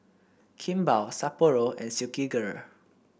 Kimball Sapporo and Silkygirl